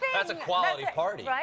that's a quality party. right,